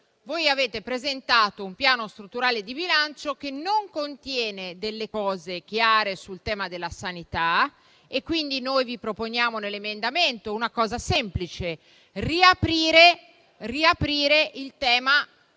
voi avete presentato un piano strutturale di bilancio che non contiene delle cose chiare sul tema della sanità. E, quindi, noi vi proponiamo nell'emendamento una cosa semplice: riaprire il tema del